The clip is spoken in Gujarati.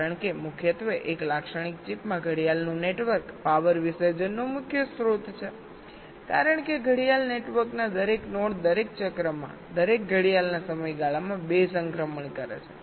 કારણ કે મુખ્યત્વે એક લાક્ષણિક ચિપમાં ક્લોક નેટવર્ક પાવર વિસર્જનનો મુખ્ય સ્ત્રોત છે કારણ કે ક્લોક નેટવર્ક ના દરેક નોડ દરેક ચક્રમાં દરેક ઘડિયાળના સમયગાળામાં 2 સંક્રમણ કરે છે